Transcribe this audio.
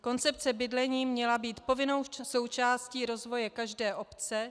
Koncepce bydlení měla být povinnou součástí rozvoje každé obce.